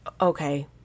okay